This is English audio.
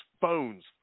phones